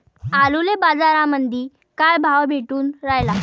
आलूले बाजारामंदी काय भाव भेटून रायला?